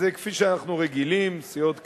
אז כפי שאנחנו רגילים, סיעות קדימה,